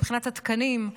מבחינת התקנים.